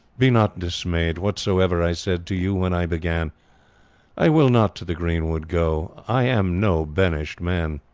be not dismayed, whatsoever i said to you, when i began i will not to the green wood go, i am no banished man.